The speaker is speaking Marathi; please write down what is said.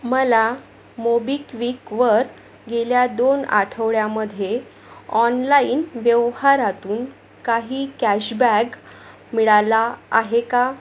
मला मोबिक्विकवर गेल्या दोन आठवड्यामध्ये ऑनलाईन व्यवहारातून काही कॅशबॅक मिळाला आहे का